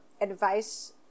advice